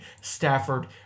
Stafford